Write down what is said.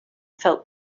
felt